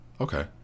okay